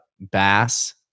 Bass